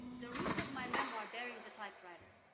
the roots of my memoir, burying the typewriter.